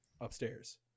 upstairs